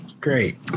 Great